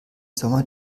sommer